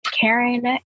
Karen